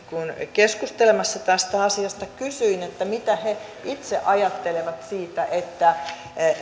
keskustelemassa tästä asiasta kysyin mitä he itse ajattelevat siitä että